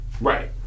right